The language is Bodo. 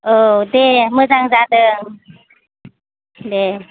औ दे मोजां जादों दे